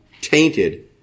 tainted